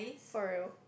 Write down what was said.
for real